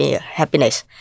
happiness